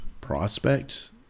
prospect